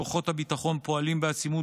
בימים אלו כוחות הביטחון פועלים בעצימות